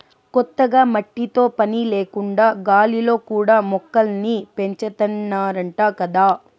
కొత్తగా మట్టితో పని లేకుండా గాలిలో కూడా మొక్కల్ని పెంచాతన్నారంట గదా